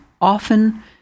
often